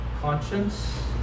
conscience